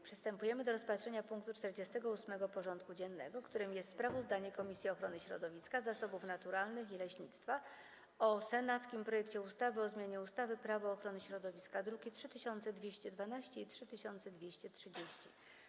Przystępujemy do rozpatrzenia punktu 48. porządku dziennego: Sprawozdanie Komisji Ochrony Środowiska, Zasobów Naturalnych i Leśnictwa o senackim projekcie ustawy o zmianie ustawy Prawo ochrony środowiska (druki nr 3212 i 3230)